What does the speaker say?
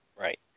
Right